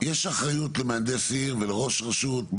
יש אחריות למהנדס עיר ולראש רשות,